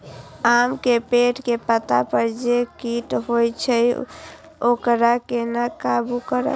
आम के पेड़ के पत्ता पर जे कीट होय छे वकरा केना काबू करबे?